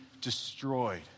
destroyed